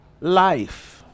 life